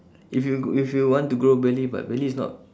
if you gr~ if you want to grow belly but belly is not